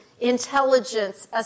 intelligence